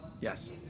Yes